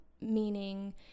meaning